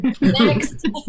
Next